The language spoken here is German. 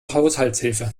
haushaltshilfe